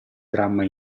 dramma